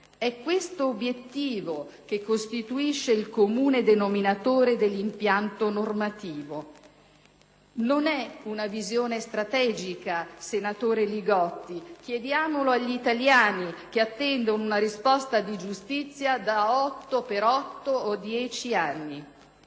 È questo obiettivo che costituisce il comune denominatore dell'impianto normativo. Non è una visione strategica, senatore Li Gotti, chiediamolo agli italiani che attendono una risposta di giustizia per 8 o 10 anni.